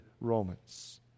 Romans